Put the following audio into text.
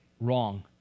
wrong